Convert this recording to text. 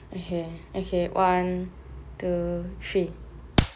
okay okay one two three